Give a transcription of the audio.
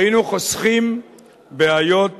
היינו חוסכים בעיות